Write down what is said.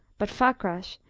but fakrash,